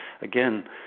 again